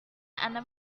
anda